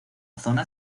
zona